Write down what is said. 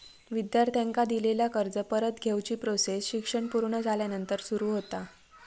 विद्यार्थ्यांका दिलेला कर्ज परत घेवची प्रोसेस शिक्षण पुर्ण झाल्यानंतर सुरू होता